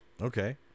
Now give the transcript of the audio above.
Okay